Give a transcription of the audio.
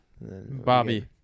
Bobby